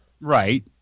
Right